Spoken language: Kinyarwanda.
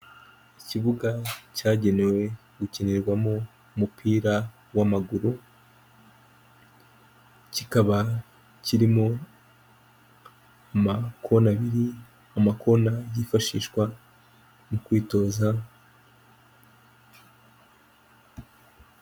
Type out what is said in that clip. Ikibuga cyagenewe gukinirwamo umupira w' amaguru, kikaba kirimo amakona abiri, amakona yifashishwa mu kwitoza.